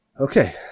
Okay